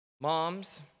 Moms